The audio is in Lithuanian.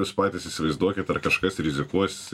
jūs patys įsivaizduokit ar kažkas rizikuos